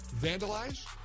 vandalize